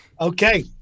Okay